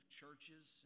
churches